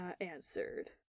answered